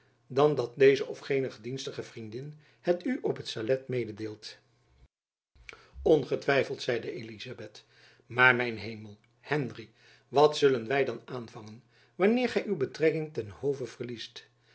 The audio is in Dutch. dan dat deze jacob van lennep elizabeth musch of gene gedienstige vriendin het u op t salet mededeelt ongetwijfeld zeide elizabeth maar mijn hemel henry wat zullen wy dan aanvangen wanneer gy uw betrekking ten hove verliest